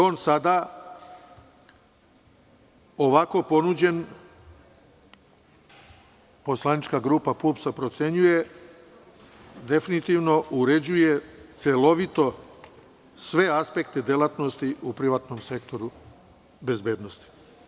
On sada, ovako ponuđen, poslanička grupa PUPS procenjuje, definitivno uređuje celovito sve aspekte delatnosti u privatnom sektoru bezbednosti.